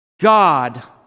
God